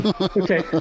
Okay